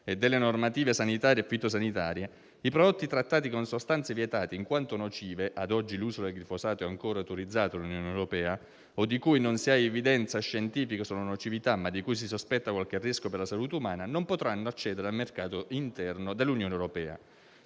e delle normative sanitarie e fitosanitarie, i prodotti trattati con sostanze vietate in quanto nocive (ad oggi, l'uso del glifosato è ancora autorizzato nell'Unione europea) o di cui non si ha evidenza scientifica sulla nocività, ma di cui si sospetta qualche rischio per la salute umana, non potranno accedere al mercato interno dell'Unione europea.